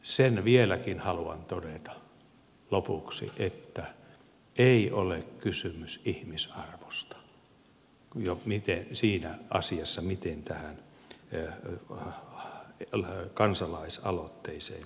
sen vieläkin haluan todeta lopuksi että ei ole kysymys ihmisarvosta siinä asiassa miten tähän kansalaisaloitteeseen suhtaudutaan